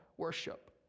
worship